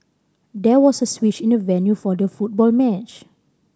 there was a switch in the venue for the football match